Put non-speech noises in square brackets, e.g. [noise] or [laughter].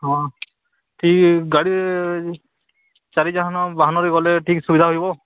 ହଁ ଠିକ୍ ଗାଡ଼ି [unintelligible] ଟିକେ ସୁବିଧା ରହିବ